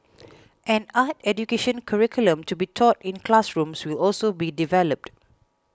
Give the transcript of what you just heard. an art education curriculum to be taught in classrooms will also be developed